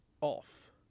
off